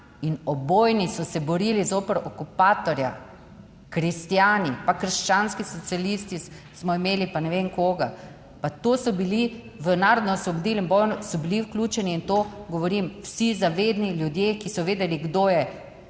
obojni so se borili zoper okupatorja. Kristjani pa krščanski socialisti smo imeli pa ne vem koga, pa to so bili v narodno osvobodilnem boju so bili vključeni in to govorim, vsi zavedni ljudje, ki so vedeli, kdo je